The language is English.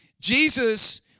Jesus